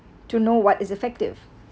to know what is effective